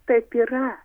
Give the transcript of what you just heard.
taip yra